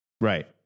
Right